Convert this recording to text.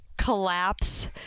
Collapse